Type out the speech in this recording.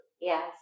Yes